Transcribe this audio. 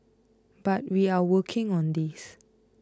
but we are working on this